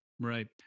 Right